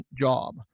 job